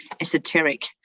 esoteric